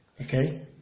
Okay